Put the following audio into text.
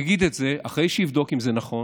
יגיד את זה, אחרי שיבדוק אם זה נכון,